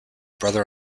brother